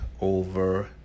over